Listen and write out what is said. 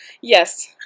Yes